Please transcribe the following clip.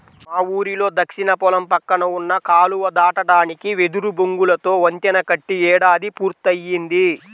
మా ఊరిలో దక్షిణ పొలం పక్కన ఉన్న కాలువ దాటడానికి వెదురు బొంగులతో వంతెన కట్టి ఏడాది పూర్తయ్యింది